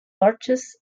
arches